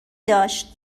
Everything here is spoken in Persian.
داشت